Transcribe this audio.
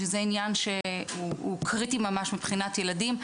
זה עניין שהוא קריטי ממש מבחינת ילדים,